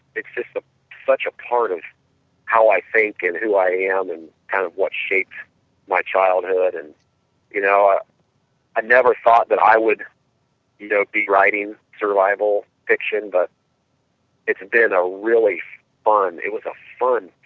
it's it's such a part of how i think and who i am and kind of what shaped my childhood. and you know i i never thought that i would you know be writing survival fiction but it's been a really fun, it was ah fun,